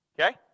Okay